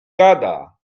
gada